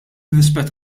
rispett